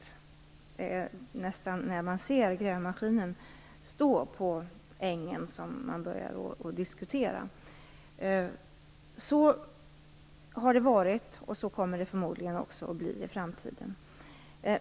Det är nästan när man ser grävmaskinen stå på ängen som man börjar diskutera. Så har det varit, och så kommer det förmodligen också att bli i framtiden.